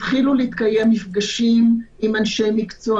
התחילו להתקיים מפגשים עם אנשי מקצוע,